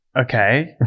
okay